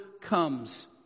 comes